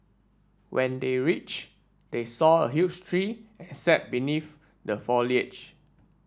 when they reach they saw a huge tree and sat beneath the foliage